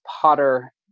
Potter